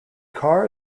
car